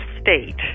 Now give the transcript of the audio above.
state